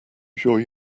sure